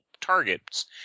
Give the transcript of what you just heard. targets